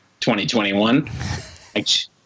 2021